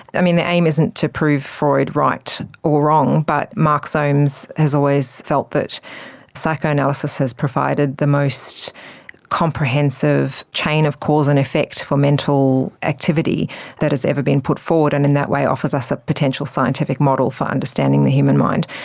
the aim isn't to prove freud right or wrong but mark soames has always felt that psychoanalysis has provided the most comprehensive chain of cause and effect for mental activity that has ever been put forward, and in that way offers us a potential scientific model for understanding the human mind.